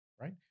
right